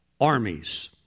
armies